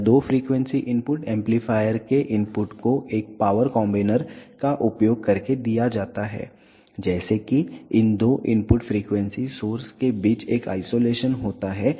यह दो frequency input amplifier के इनपुट को एक पावर कॉम्बिनर का उपयोग करके दिया जाता है जैसे कि इन दो इनपुट फ्रीक्वेंसी सोर्स के बीच एक आइसोलेशन होता है